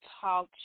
Talk